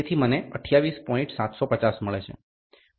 750 મળે છે પછી હું લેવાનો પ્રયત્ન કરું છું